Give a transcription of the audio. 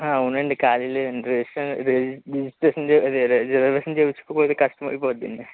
అవునండి ఖాళీ లేదండి రేజస్ రిజిస్ట్రేషన్ రిజర్వేషన్ చెయ్యించుకోకపోతే కష్టమైపోతుంది అండి